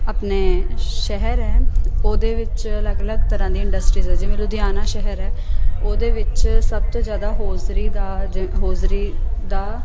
ਆਪਣੇ ਸ਼ਹਿਰ ਹੈ ਉਹਦੇ ਵਿੱਚ ਅਲੱਗ ਅਲੱਗ ਤਰ੍ਹਾਂ ਦੀਆਂ ਇੰਡਸਟਰੀਜ਼ ਆ ਜਿਵੇਂ ਲੁਧਿਆਣਾ ਸ਼ਹਿਰ ਹੈ ਉਹਦੇ ਵਿੱਚ ਸਭ ਤੋਂ ਜ਼ਿਆਦਾ ਹੌਜ਼ਰੀ ਦਾ ਹੌਜ਼ਰੀ ਦਾ